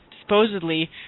supposedly